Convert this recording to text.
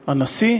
הנשיא.